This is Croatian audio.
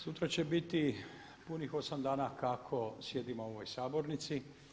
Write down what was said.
Sutra će biti punih 8 dana kako sjedimo u ovoj sabornici.